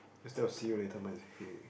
instead of see you later mine is hey